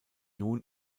nun